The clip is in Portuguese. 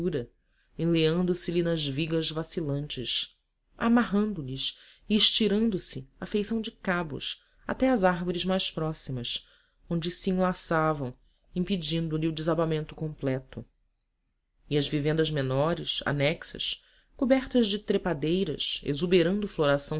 cobertura enleando se lhe nas vigas vacilantes amarrando lhas e estirando-se à feição de cabos até as árvores mais próximas onde se enlaçavam impedindo lhe o desabamento completo e as vivendas menores anexas cobertas de trepadeiras exuberando floração